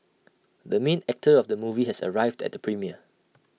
the main actor of the movie has arrived at the premiere